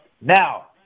Now